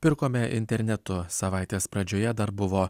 pirkome internetu savaitės pradžioje dar buvo